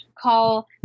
call